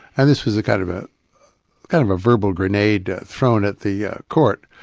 and this was a kind of a kind of a verbal grenade thrown at the ah court.